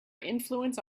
influence